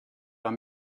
war